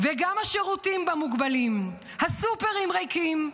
וגם השירותים בה מוגבלים, הסופרים ריקים,